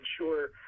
ensure